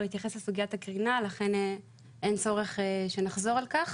התייחס לסוגיית הקרינה לכן אין צורך שנחזור על כך.